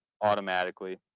automatically